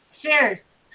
Cheers